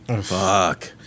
Fuck